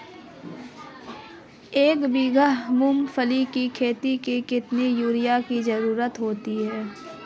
एक बीघा मूंगफली की खेती में कितनी यूरिया की ज़रुरत होती है?